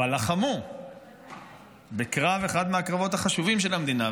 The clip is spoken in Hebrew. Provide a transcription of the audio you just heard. אבל לחמו באחד מהקרבות החשובים של המדינה.